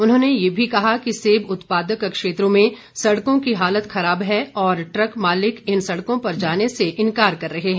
उन्होंने ये भी कहा कि सेब उत्पादक क्षेत्रों में सड़कों की हालत खराब है और ट्रक मालिक इन सड़कों पर जाने से इनकार कर रहे हैं